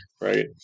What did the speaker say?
right